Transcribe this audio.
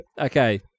okay